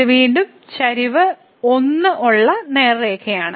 ഇത് വീണ്ടും ചരിവ് 1 ഉള്ള നേർരേഖയാണ്